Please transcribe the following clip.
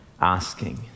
asking